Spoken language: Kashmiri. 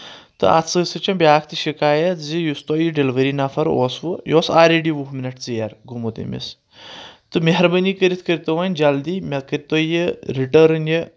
تہٕ اَتھ سۭتۍ سۭتۍ چھُ بیٛاکھ تہِ شِکایت زِ یُس تۄہہِ یہِ ڈیٚلؤری نفر اوسوٕ یہِ اوس آلریڈی وُہ مِنٹ ژیر گوٚمُت أمِس تہٕ مہربٲنی کٔرِتھ کٔرتو وۄنۍ جلدی مےٚ کٔرتو یہِ رِٹٲرٕنۍ یہِ